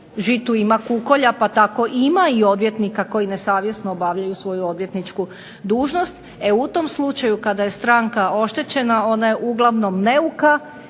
žitu ima kukolja, pa tako ima i odvjetnika koji nesavjesno obavljaju svoju odvjetničku dužnost, e u tom slučaju kada je stranka oštećena ona je uglavnom neuka